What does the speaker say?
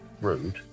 Rude